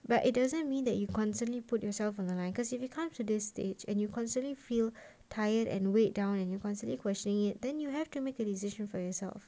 but it doesn't mean that you constantly put yourself on the line cause if it comes to this stage and you constantly feel tired and weighed down and you constantly questioning it then you have to make a decision for yourself